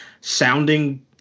sounding –